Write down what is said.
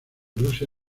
rusia